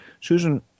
Susan